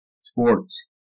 sports